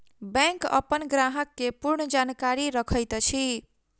bank अपन ग्राहक के पूर्ण जानकारी रखैत अछि